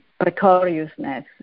precariousness